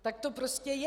Tak to prostě je.